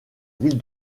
ville